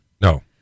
No